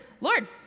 Lord